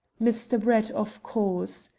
mr. brett, of course,